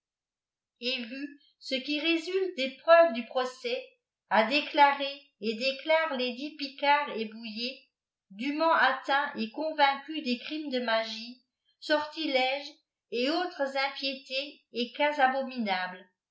ce qui résulte des preuves du procès a déclaré et déclare lesdits picard et boullé dûment atteints ei convaincus des crimes de magie sortilèges et autres impiétés et cas